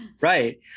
Right